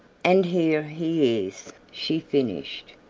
and here he is, she finished.